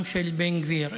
גם של בן גביר,